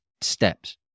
steps